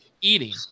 eating